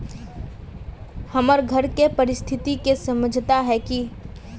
हमर घर के परिस्थिति के समझता है की?